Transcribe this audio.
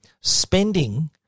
spending